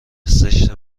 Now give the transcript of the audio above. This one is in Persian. زشته